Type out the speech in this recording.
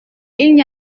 n’y